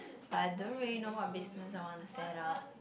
but I don't really know what business I want to set up